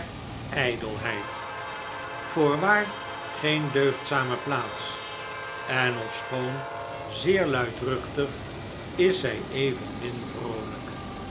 ijdelheid voorwaar geen deugdzame plaats en ofschoon zeer luidruchtig is zij evenmin vroolijk